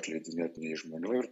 atleidinėt žmonių ir